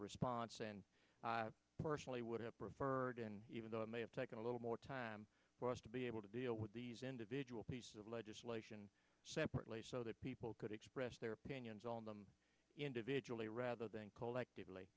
response and i personally would have preferred and even though it may have taken a little more time for us to be able to deal with these individual pieces of legislation separately so that people could express their opinions on them individually rather than collectively